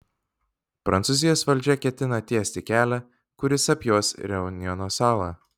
prancūzijos valdžia ketina tiesti kelią kuris apjuos reunjono salą